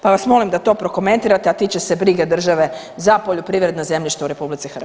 Pa vas molim da to prokomentirate, a tiče se brige države za poljoprivredno zemljište u [[Upadica: Vrijeme.]] RH.